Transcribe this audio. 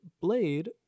Blade